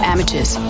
Amateurs